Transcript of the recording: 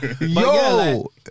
yo